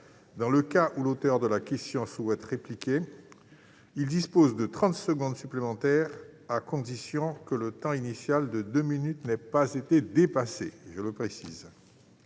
Dans le cas où l'auteur de la question souhaite répliquer, il dispose de trente secondes supplémentaires, à la condition que le temps initial de deux minutes n'ait pas été dépassé. Dans le débat